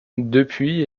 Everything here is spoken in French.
depuis